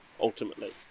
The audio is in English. Ultimately